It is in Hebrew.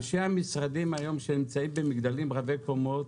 אנשי המשרדים שהיום נמצאים במגדלים רבי קומות